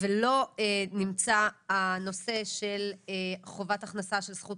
ולא נמצא נושא של חובת הכנסה של זכות